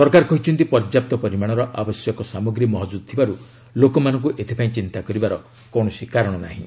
ସରକାର କହିଛନ୍ତି ପର୍ଯ୍ୟାପ୍ତ ପରିମାଣର ଅତ୍ୟାବଶ୍ୟକ ସାମଗ୍ରୀ ମହକୁଦ ଥିବାରୁ ଲୋକମାନଙ୍କୁ ଏଥିପାଇଁ ଚିନ୍ତା କରିବାର କୌଣସି କାରଣ ନାହିଁ